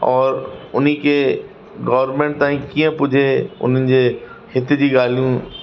और उन्ही के गोर्मेंट ताईं कीअं पुॼे उन्हनि जे हित जी ॻाल्हियूं